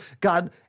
God